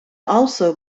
also